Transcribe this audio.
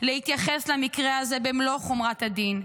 להתייחס למקרה הזה במלוא חומרת הדין.